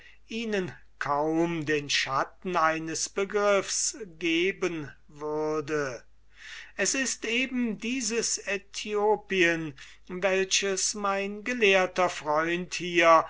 ihnen kaum den schatten eines begriffs geben würde es ist eben dieses aethiopien welches mein gelehrter freund hier